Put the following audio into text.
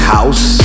House